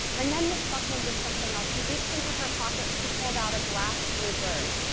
and then ms. buckman did something else. she reached into her pocket and she pulled out a glass bluebird,